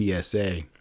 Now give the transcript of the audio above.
PSA